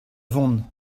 vont